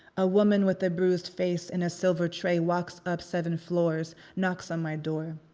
a woman with a bruised face and a silver tray walks up seven floors, knocks on my door.